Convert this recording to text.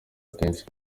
kenshi